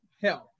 help